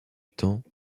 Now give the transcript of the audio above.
temps